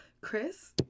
Chris